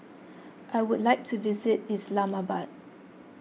I would like to visit Islamabad